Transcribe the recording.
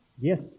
Yes